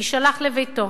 יישלח לביתו,